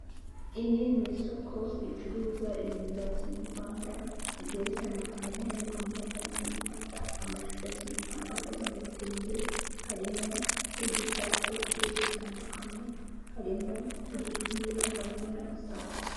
Iri ni isoko ricuruza ibintu bya kinyarwanda bigiye bitandukanye harimo amaherena ya kinyarwanda, amajipo ya kinyarwanda akoze mu bitenge harimo n'udutako tugiye dutandukanye harimo n'udupira, harimo n'amasahani.